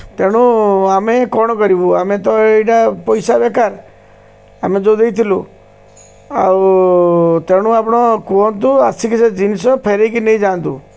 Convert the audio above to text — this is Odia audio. ତେଣୁ ଆମେ କ'ଣ କରିବୁ ଆମେ ତ ଏଇଟା ପଇସା ବେକାର ଆମେ ଯେଉଁ ଦେଇଥିଲୁ ଆଉ ତେଣୁ ଆପଣ କୁହନ୍ତୁ ଆସିକି ସେ ଜିନିଷ ଫେରାଇକି ନେଇଯାଆନ୍ତୁ